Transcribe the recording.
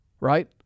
right